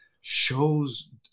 shows